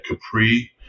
Capri